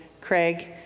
Craig